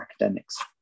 academics